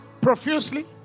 profusely